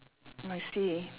I see